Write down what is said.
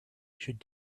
should